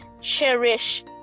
Cherish